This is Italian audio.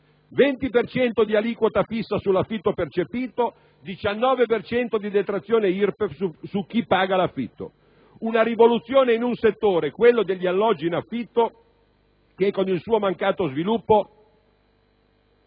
di aliquota fissa sull'affitto percepito; diciannove per cento di detrazione IRPEF per chi paga l'affitto. Una rivoluzione in un settore - quello degli alloggi in affitto - che con il suo mancato sviluppo